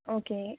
okay